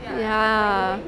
ya